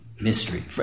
mystery